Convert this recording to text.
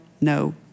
no